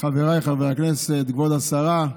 חבריי חברי הכנסת, כבוד השרה,